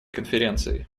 конференцией